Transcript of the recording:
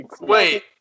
Wait